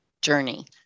journey